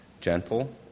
gentle